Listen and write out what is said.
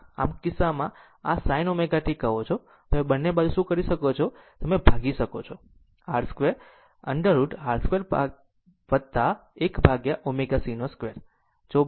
આમ આ કિસ્સામાં તમે આ sin ω t કહો છો તમે બંને બાજુ શું કરી શકો છો તે તમે ભાગી શકો છો R 2 √ R 2 1 upon ω c 2